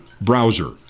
Browser